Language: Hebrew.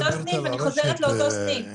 אני חוזרת לאותו סניף.